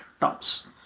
tops